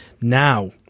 now